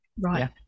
Right